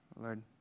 Lord